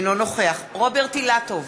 אינו נוכח רוברט אילטוב,